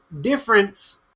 difference